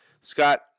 Scott